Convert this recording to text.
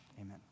amen